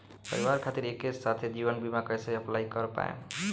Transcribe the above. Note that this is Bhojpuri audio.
परिवार खातिर एके साथे जीवन बीमा कैसे अप्लाई कर पाएम?